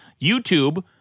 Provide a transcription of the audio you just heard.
YouTube